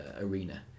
arena